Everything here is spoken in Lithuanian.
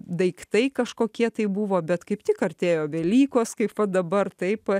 daiktai kažkokie tai buvo bet kaip tik artėjo velykos kaip va dabar taip